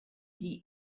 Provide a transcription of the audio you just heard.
die